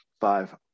five